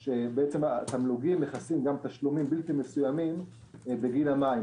התמלוגים מכסים גם תשלומים בלתי-מסוימים בגין המים.